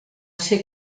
ser